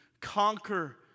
conquer